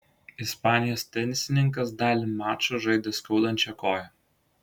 ispanijos tenisininkas dalį mačo žaidė skaudančia koja